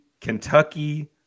Kentucky